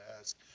ask